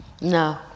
No